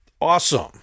awesome